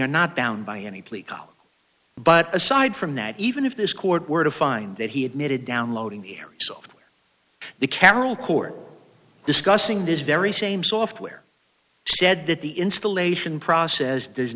are not bound by any plea but aside from that even if this court were to find that he admitted downloading here so the carroll court discussing this very same software said that the installation process does